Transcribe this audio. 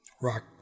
rock